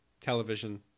television